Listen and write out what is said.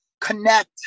connect